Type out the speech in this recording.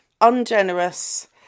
ungenerous